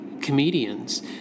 comedians